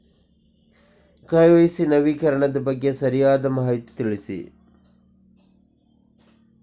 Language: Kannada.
ಕೆ.ವೈ.ಸಿ ನವೀಕರಣದ ಬಗ್ಗೆ ಸರಿಯಾದ ಮಾಹಿತಿ ತಿಳಿಸಿ?